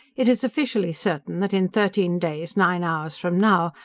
it is officially certain that in thirteen days nine hours from now,